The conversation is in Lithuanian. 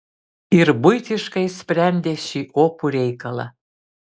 ir buitiškai sprendė šį opų reikalą